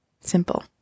simple